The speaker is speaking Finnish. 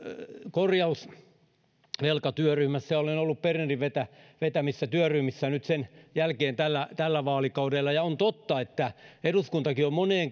korjausvelkatyöryhmässä ja olen ollut bernerin vetämissä työryhmissä nyt sen jälkeen tällä vaalikaudella ja on totta että eduskuntakin on moneen